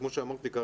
כמו שאמרתי,